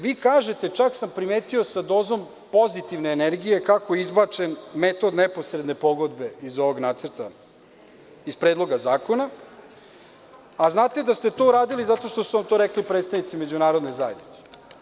Vi kažete, čak sam primetio sa dozom pozitivne energije, kako je izbačen metod neposredne pogodbe iz ovog nacrta, iz Predloga zakona, a znate da ste to radili zato što su vam to rekli predstavnici međunarodne zajednice.